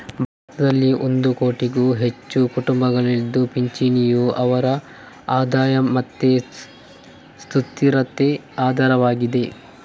ಭಾರತದಲ್ಲಿ ಒಂದು ಕೋಟಿಗೂ ಹೆಚ್ಚು ಕುಟುಂಬಗಳಿದ್ದು ಪಿಂಚಣಿಯು ಅವರ ಆದಾಯ ಮತ್ತೆ ಸುಸ್ಥಿರತೆಗೆ ಆಧಾರವಾಗಿದೆ